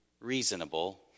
reasonable